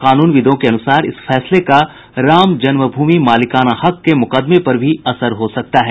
कानूनविदों के अनुसार इस फैसले का राम जन्म भूमि मालिकाना हक के मुकदमे पर भी असर हो सकता है